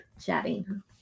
chatting